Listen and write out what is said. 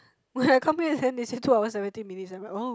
when I come here and send they say two hours and fifteen minutes I'm like oh